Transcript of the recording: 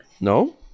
No